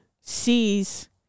sees